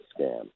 scam